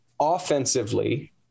offensively